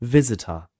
Visitor